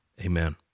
Amen